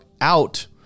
out